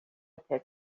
tête